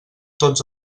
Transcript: tots